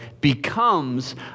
becomes